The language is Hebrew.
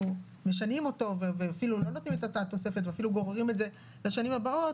משנים ואפילו לא נותנים את אותה תוספת ואפילו גוררים לשנים הבאות,